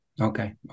Okay